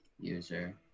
user